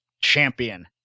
champion